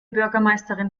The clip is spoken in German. bürgermeisterin